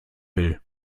will